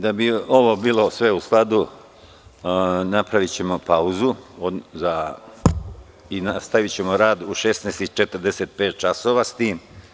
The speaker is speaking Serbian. Da bi ovo bilo sve u skladu, napravićemo pauzu i nastavićemo rad u 16.45 časova.